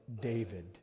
David